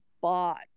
bought